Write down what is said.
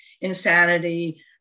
insanity